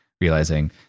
realizing